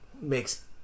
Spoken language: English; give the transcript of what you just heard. makes